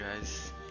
guys